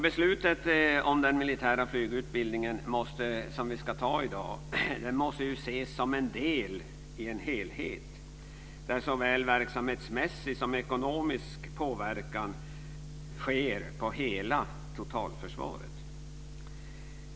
Beslutet om den militära flygutbildningen som vi ska fatta i dag måste ses som en del i en helhet där såväl verksamhetsmässig som ekonomisk påverkan sker på hela totalförsvaret.